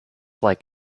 like